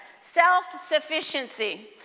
Self-sufficiency